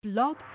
Blog